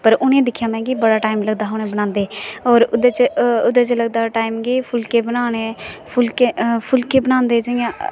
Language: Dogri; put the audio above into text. पर उ'नें गी दिक्खेआ में बड़ा टाईम लगदा हा बनाने गी उ'नें होर ओह्दै च लगदा हा टाईम कि फुिल्के बनाने फुल्के बनांदे जि'यां